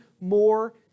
more